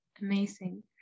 Amazing